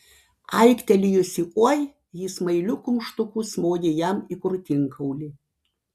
aiktelėjusi oi ji smailiu kumštuku smogė jam į krūtinkaulį